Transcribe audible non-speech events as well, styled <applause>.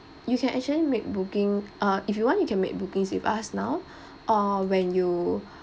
you can actually make booking uh if you want you can make bookings with us now <breath> or when you